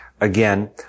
Again